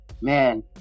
man